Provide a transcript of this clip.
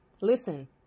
listen